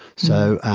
so,